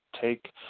take